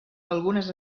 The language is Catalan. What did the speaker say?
algunes